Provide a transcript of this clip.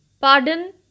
Pardon